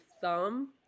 thumb